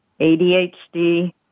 ADHD